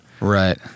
Right